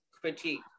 critique